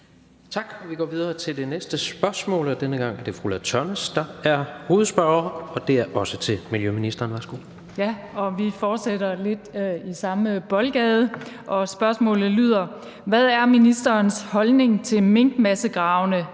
Hvad er ministerens holdning til minkmassegravene,